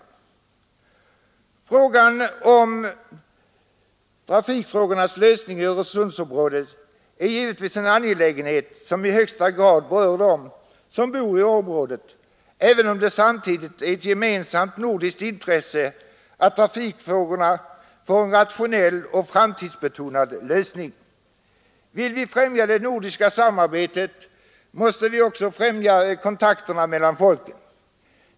Lösningen av trafikfrågorna i Öresundsområdet är givetvis en angelägenhet som i högsta grad rör dem som bor i området, även om det samtidigt är ett gemensamt nordiskt intresse att trafikfrågorna får en rationell och framtidsbetonad lösning. Vill vi främja det nordiska samarbetet måste vi också främja kontakterna mellan folken.